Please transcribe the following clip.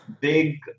big